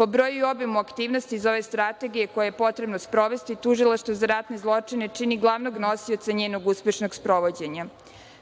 Po broju i obimu aktivnosti iz ove strategije, koju je potrebno sprovesti, Tužilaštvo za ratne zločine čini glavnog nosioca njenog uspešnog sprovođenja.